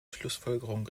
schlussfolgerung